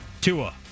Tua